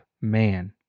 man